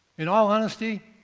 in all honesty,